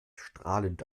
strahlend